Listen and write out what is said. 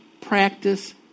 practice